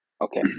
Okay